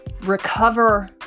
recover